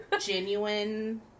genuine